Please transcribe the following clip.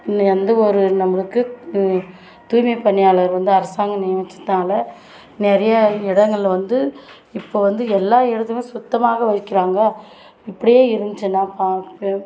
இன்றைய வந்து ஒரு நம்மளுக்கு தூய்மைப் பணியாளர் வந்து அரசாங்கம் நியமிச்சதால் நிறையா இடங்கள் வந்து இப்போது வந்து எல்லா இடத்தையுமே சுத்தமாக வைக்கிறாங்கள் இப்படியே இருந்துச்சின்னா பா க